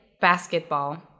basketball